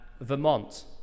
Vermont